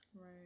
Right